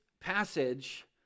passage